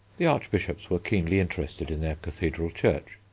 the archbishops were keenly interested in their cathedral church.